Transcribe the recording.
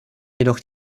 jedoch